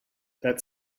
that